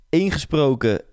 ingesproken